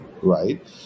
right